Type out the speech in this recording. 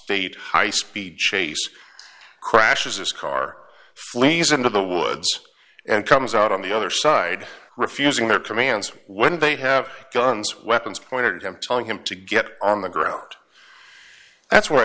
state high speed chase crashes this car flees into the woods and comes out on the other side refusing their commands when they have guns weapons pointed at him telling him to get on the ground that's wh